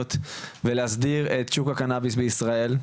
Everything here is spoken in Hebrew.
המדיניות ולהסדיר את שוק הקנאביס בישראל.